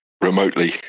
remotely